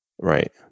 right